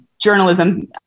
journalism